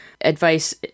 advice